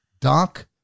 Doc